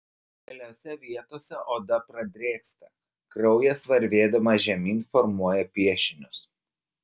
keliose vietose oda pradrėksta kraujas varvėdamas žemyn formuoja piešinius